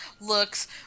looks